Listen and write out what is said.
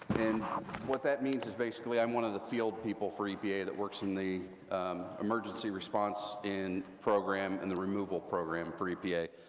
and what that means is basically, i'm one of the field people for epa that works in the emergency response program and the removal program for epa,